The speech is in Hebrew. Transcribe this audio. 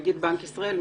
נגיד בנק ישראל,